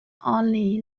only